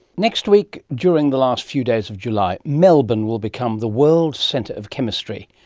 next week, during the last few days of july, melbourne will become the world centre of chemistry.